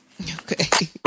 Okay